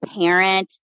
parent